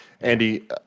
Andy